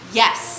yes